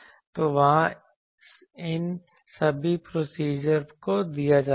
तो वहाँ इन सभी प्रोसीजर को दिया जाता है